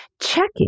Checking